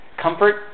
Comfort